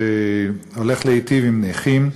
שהולך להיטיב עם נכים.